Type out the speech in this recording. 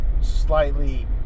slightly